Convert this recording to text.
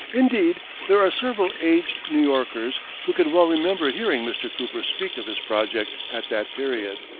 indeed there are several aged new yorkers who can well remember hearing mr. cooper speak of his project at that period.